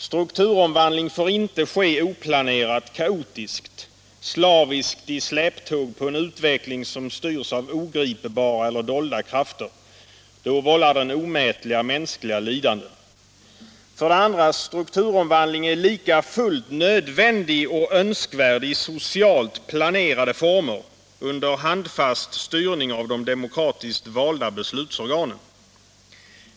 Strukturomvandling får inte ske oplanerat, kaotiskt, slaviskt i släptåg på en ”utveckling” som styrs av ogripbara eller dolda krafter — då vållar den omätliga mänskliga lidanden. 2. Strukturomvandling är likafullt nödvändig och önskvärd i socialt planerade former, under handfast styrning av de demokratiskt valda beslutsorganen.